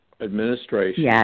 administration